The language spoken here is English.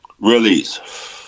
Release